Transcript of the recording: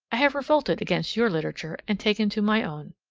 i have revolted against your literature and taken to my own